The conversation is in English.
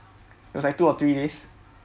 was like two or three days